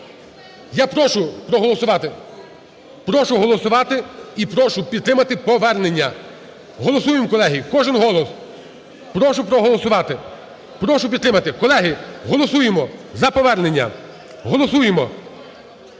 Я прошу проголосувати, прошу голосувати і прошу підтримати повернення. Голосуємо, колеги, кожен голос. Прошу проголосувати, прошу підтримати. Колеги, голосуємо за повернення. Голосуємо.